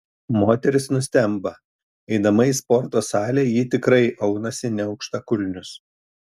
moteris nustemba eidama į sporto salę ji tikrai aunasi ne aukštakulnius